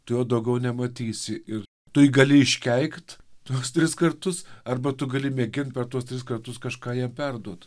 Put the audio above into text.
tu juo daugiau nematysi ir tu jį gali iškeikt tuos tris kartus arba tu gali mėgint per tuos tris kartus kažką jam perduot